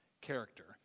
character